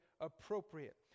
appropriate